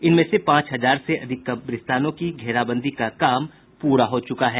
इसमें से पांच हजार से अधिक कब्रिस्तानों की घेराबंदी का कार्य पूरा हो चुका है